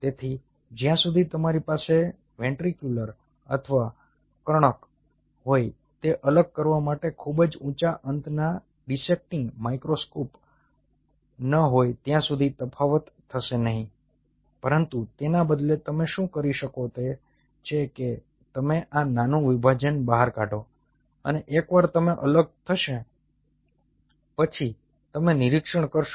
તેથી જ્યાં સુધી તમારી પાસે વેન્ટ્રિક્યુલર અથવા કર્ણક હોય તે અલગ કરવા માટે ખૂબ જ ઊંચા અંતના ડિસેક્ટીંગ માઇક્રોસ્કોપ ન હોય ત્યાં સુધી તફાવત થશે નહીં પરંતુ તેના બદલે તમે શું કરી શકો તે છે કે તમે આ નાનું વિભાજન બહાર કાઢો અને એકવાર તમે અલગ થશો પછી તમે નિરીક્ષણ કરશો